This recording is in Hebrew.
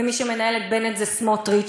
ומי שמנהל את בנט זה סמוטריץ,